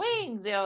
wings